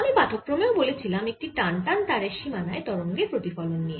আমি পাঠক্রমেও বলেছিলাম একটি টানটান তারে সীমানায় তরঙ্গের প্রতিফলন নিয়ে